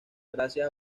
gracias